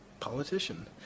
politician